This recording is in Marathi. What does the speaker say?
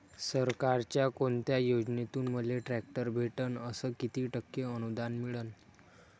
सरकारच्या कोनत्या योजनेतून मले ट्रॅक्टर भेटन अस किती टक्के अनुदान मिळन?